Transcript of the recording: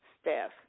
staff